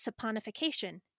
saponification